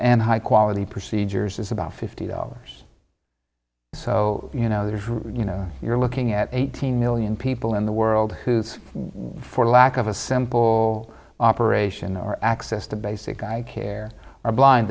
and high quality procedures is about fifty dollars so you know there's you know you're looking at eighteen million people in the world who for lack of a simple operation or access to basic i care are blind